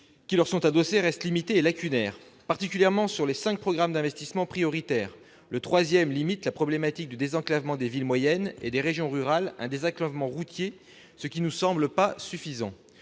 qui leur sont adossés reste limitée et lacunaire. En particulier, le troisième des cinq programmes d'investissement prioritaire restreint la problématique du désenclavement des villes moyennes et des régions rurales à un désenclavement routier, ce qui ne nous semble pas satisfaisant.